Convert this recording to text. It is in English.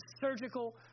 surgical